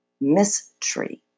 Mystery